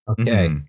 Okay